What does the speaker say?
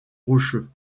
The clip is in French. rocheux